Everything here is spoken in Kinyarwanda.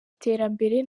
iterambere